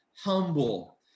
humble